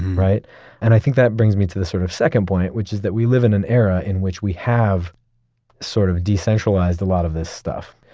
and i think that brings me to this sort of second point, which is that we live in an era in which we have sort of decentralized a lot of this stuff,